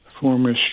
former